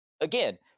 again